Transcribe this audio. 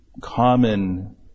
common